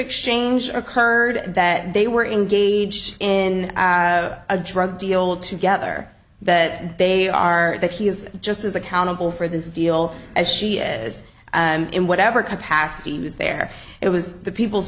exchange occurred that they were engaged in a drug deal together that they are that he is just as accountable for this deal as she is in whatever capacity was there it was the people's